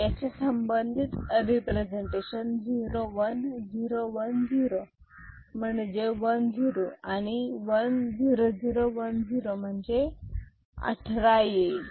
याचे संबंधित रिप्रेझेंटेशन 0 1 0 1 0 म्हणजे 10 आणि 1 0 0 1 0 म्हणजे 18 येईल